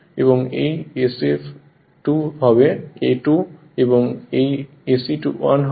এবং এই saE2হবে a 2 এবং SE1 এটি 1 হবে